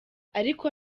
ariko